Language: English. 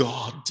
God